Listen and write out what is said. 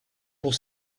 pour